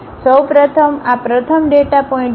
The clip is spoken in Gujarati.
સૌ પ્રથમ આ પ્રથમ ડેટા પોઇન્ટ છે